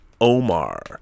Omar